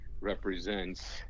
represents